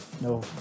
no